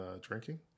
drinking